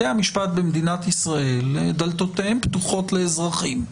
במדינת ישראל דלתות בתי המשפט פתוחות לאזרחים,